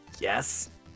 yes